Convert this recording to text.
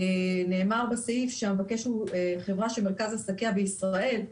נאמר בסעיף שהמבקש הוא חברה שמרכז עסקיה בישראל.